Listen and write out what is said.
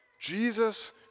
Jesus